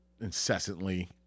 incessantly